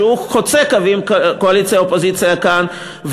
שחוצה קווי קואליציה אופוזיציה כאן,